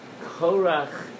Korach